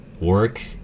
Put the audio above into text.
work